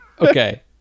okay